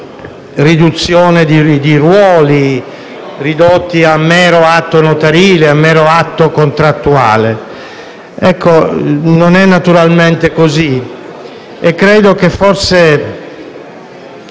riduzione di ruoli ridotti a mero atto notarile o contrattuale. Non è naturalmente così e credo che - forse